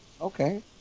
okay